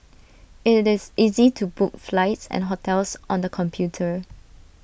IT this easy to book flights and hotels on the computer